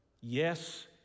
yes